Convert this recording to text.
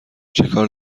چکار